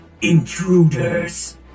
Intruders